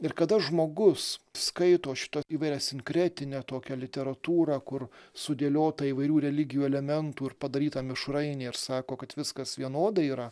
ir kada žmogus skaito šitą įvairiasinkretinę tokią literatūrą kur sudėliota įvairių religijų elementų ir padaryta mišrainė ir sako kad viskas vienodai yra